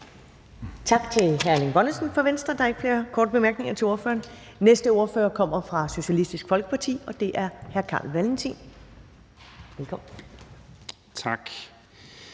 Tak til hr. Erling Bonnesen fra Venstre. Der er ikke flere korte bemærkninger til ordføreren. Den næste ordfører kommer fra Socialistisk Folkeparti, og det er hr. Carl Valentin. Velkommen. Kl.